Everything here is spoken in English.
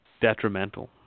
detrimental